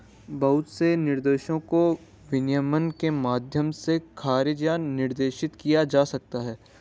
बहुत से निर्देशों को विनियमन के माध्यम से खारिज या निर्देशित किया जा सकता है